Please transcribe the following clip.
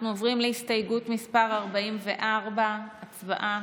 אנחנו עוברים להסתייגות מס' 44. הצבעה.